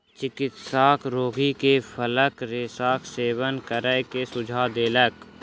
चिकित्सक रोगी के फलक रेशाक सेवन करै के सुझाव देलक